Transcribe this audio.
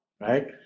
Right